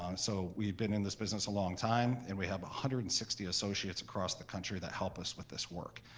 um so we've been in this business a long time and we have one hundred and sixty associates across the country that help us with this work.